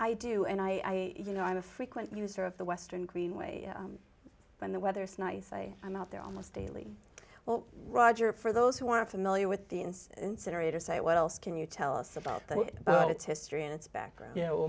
i do and i you know i'm a frequent user of the western greenway when the weather's nice i am out there almost daily well roger for those who are familiar with the ins incinerator say what else can you tell us about that but its history and its background you know